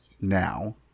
now